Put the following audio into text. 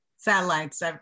satellites